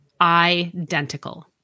identical